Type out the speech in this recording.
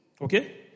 Okay